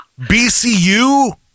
BCU